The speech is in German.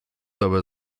aber